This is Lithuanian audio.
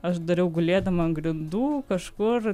aš dariau gulėdama ant grindų kažkur